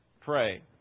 pray